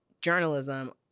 journalism